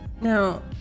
Now